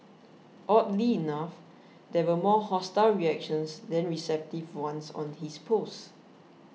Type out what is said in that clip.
oddly enough there were more hostile reactions than receptive ones on his post